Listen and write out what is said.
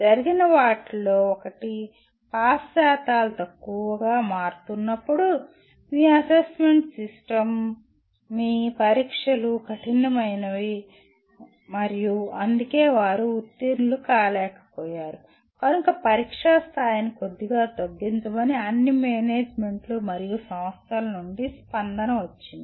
జరిగిన వాటిలో ఒకటి పాస్ శాతాలు తక్కువగా మారుతున్నప్పుడు మీ అసెస్మెంట్ సిస్టమ్ మీ పరీక్షలు కఠినమైనవి మరియు అందుకే వారు ఉత్తీర్ణులు కాలేకపోయారు కనుక పరీక్షా స్థాయిని కొద్దిగా తగ్గించమని అన్ని మేనేజ్మెంట్లు మరియు సంస్థల నుండి స్పందన వచ్చింది